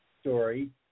story